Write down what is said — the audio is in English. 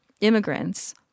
immigrants